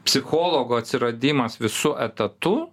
psichologo atsiradimas visu etatu